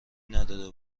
نداده